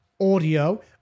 audio